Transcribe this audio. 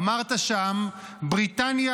אמרת שם: בריטניה